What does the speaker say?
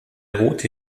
rote